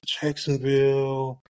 Jacksonville